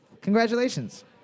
Congratulations